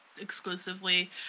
exclusively